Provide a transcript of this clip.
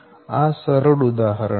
આ સરળ ઉદાહરણ છે